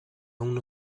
uno